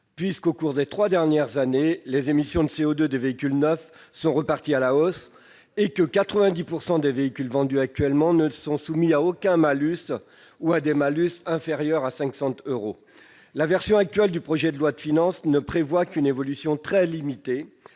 puisque, au cours des trois dernières années, les émissions de CO2 des véhicules neufs sont reparties à la hausse et que 90 % des véhicules vendus actuellement ne sont soumis à aucun malus ou sont soumis à un malus inférieur à 500 euros. Le projet de loi de finances ne prévoit qu'une évolution très limitée